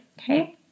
Okay